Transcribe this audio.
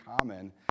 common